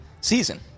season